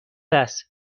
است